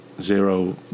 zero